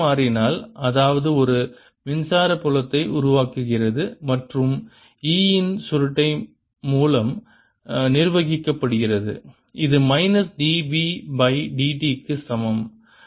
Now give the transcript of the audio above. புலம் மாறினால் அதாவது அது ஒரு மின்சார புலத்தை உருவாக்குகிறது மற்றும் இது E இன் சுருட்டை மூலம் நிர்வகிக்கப்படுகிறது இது மைனஸ் dB பை dt க்கு சமம்